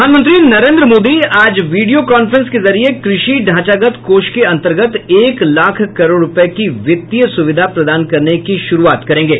प्रधानमंत्री नरेन्द्र मोदी आज video conference के जरिए कृषि ढांचागत कोष के अंतर्गत एक लाख करोड़ रुपये की वित्तीय सुविधा प्रदान करने की शुरुआत करेंगे